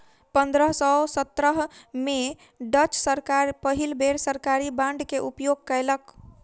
पंद्रह सौ सत्रह में डच सरकार पहिल बेर सरकारी बांड के उपयोग कयलक